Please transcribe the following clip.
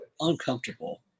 uncomfortable